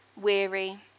weary